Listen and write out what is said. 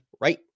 right